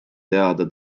teada